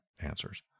answers